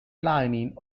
lining